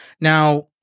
Now